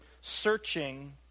searching